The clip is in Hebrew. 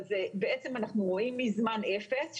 אבל בעצם אנחנו רואים מזמן אפס,